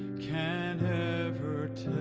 can ever tell